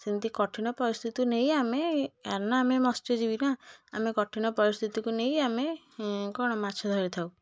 ସେମିତି କଠିନ ପରିସ୍ଥିତିକୁ ନେଇ ଆମେ ଏ କାରଣ ଆମେ ମତ୍ସ୍ୟଜୀବୀ ନା ଆମେ କଠିନ ପରିସ୍ଥିତିକୁ ନେଇ ଆମେ ଏଁ କ'ଣ ମାଛ ଧରିଥାଉ